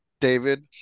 David